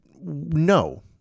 no